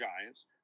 Giants